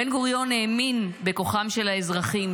בן-גוריון האמין בכוחם של האזרחים,